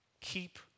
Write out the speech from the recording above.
keep